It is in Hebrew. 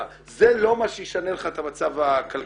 זה לא מה שישנה לך את המצב הכלכלי,